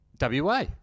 WA